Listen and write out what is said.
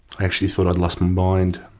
i actually thought i had lost my mind.